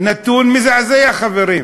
נתון מזעזע, חברים.